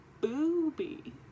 booby